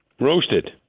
Roasted